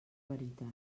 veritat